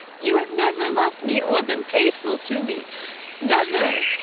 you have never loved me or been faithful to me never!